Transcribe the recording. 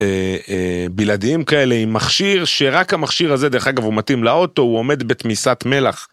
בלעדיים כאלה עם מכשיר שרק המכשיר הזה דרך אגב הוא מתאים לאוטו הוא עומד בתמיסת מלח.